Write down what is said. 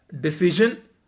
decision